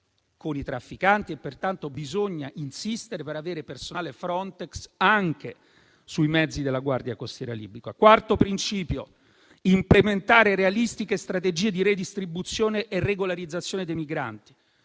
con i trafficanti. Pertanto, bisogna insistere per avere personale Frontex anche sui mezzi della Guardia costiera libica. Il quarto principio prevede di implementare realistiche strategie di redistribuzione e regolarizzazione dei migranti.